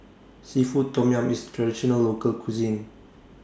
Seafood Tom Yum IS Traditional Local Cuisine